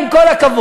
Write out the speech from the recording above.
עם כל הכבוד,